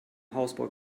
hausbau